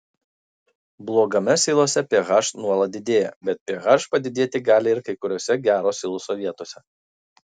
blogame silose ph nuolat didėja bet ph padidėti gali ir kai kuriose gero siloso vietose